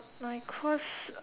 my ques~